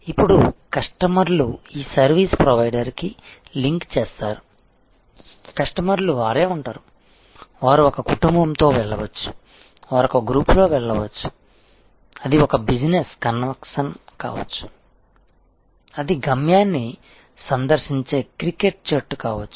ఇప్పుడు కస్టమర్లు ఈ సర్వీసు ప్రొవైడర్కి లింక్ చేస్తారు కస్టమర్లు వారే ఉంటారు వారు ఒక కుటుంబంతో వెళ్లవచ్చు వారు ఒక గ్రూప్లో వెళ్లవచ్చు అది ఒక బిజినెస్ కన్వెన్షన్ కావచ్చు అది గమ్యాన్ని సందర్శించే క్రికెట్ జట్టు కావచ్చు